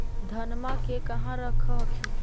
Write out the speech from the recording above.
धनमा के कहा रख हखिन?